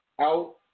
out